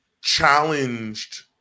challenged